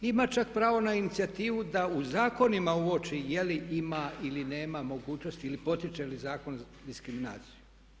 Ima čak pravo na inicijativu da u zakonima uoči je li ima ili nema mogućnosti ili potiče li zakon diskriminaciju.